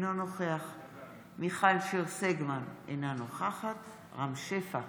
אינו נוכח מיכל שיר סגמן, אינה נוכחת רם שפע,